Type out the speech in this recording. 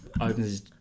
opens